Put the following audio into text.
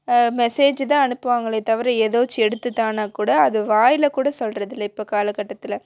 message தான் அனுப்புவாங்களே தவிர எதாச்சு எடுத்து தான்னா கூட அது வாயில் கூட சொல்கிறதில்ல இப்போ காலகட்டத்தில்